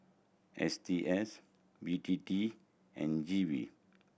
S T S B T T and G V